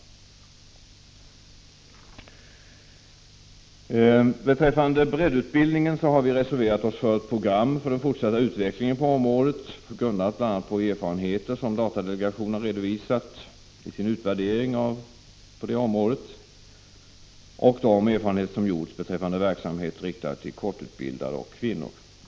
Beträffande breddutbildningen har vi reserverat oss för ett program för en fortsatt utveckling på området, bl.a. grundad på erfarenheter som datadelegationen redovisat i sin utvärdering och de erfarenheter som gjorts beträffande verksamhet riktad till korttidsutbildade och kvinnor.